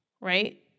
right